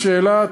יש שאלה?